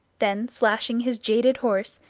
then slashing his jaded horse,